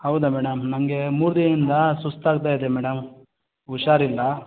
ಹೌದಾ ಮೇಡಮ್ ನನಗೆ ಮೂರು ದಿನದಿಂದ ಸುಸ್ತು ಆಗ್ತಾಯಿದೆ ಮೇಡಮ್ ಹುಷಾರಿಲ್ಲ